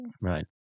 Right